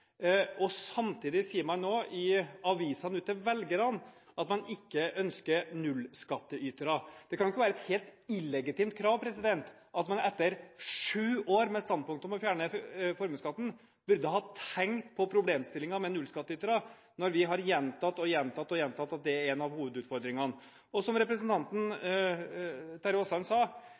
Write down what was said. samtidig som man nå gjennom avisene sier til velgerne at man ikke ønsker nullskattytere. Det kan ikke være et helt illegitimt krav at man etter sju år med standpunktet om å fjerne formuesskatten burde ha tenkt på problemstillingen med nullskattytere, når vi har gjentatt og gjentatt og gjentatt at det er en av hovedutfordringene. Som representanten Terje Aasland sa;